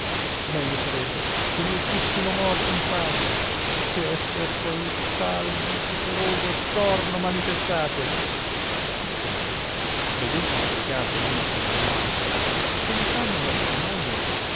meglio sarebbe che noi fussimo morte in fascie che esser con tal vituperoso scorno manifestate il scolare vedendole coricate l una appresso l altra come fanno marito e moglie